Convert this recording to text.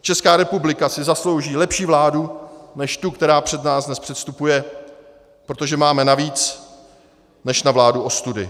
Česká republika si zaslouží lepší vládu než tu, která před nás dnes předstupuje, protože máme na víc než na vládu ostudy.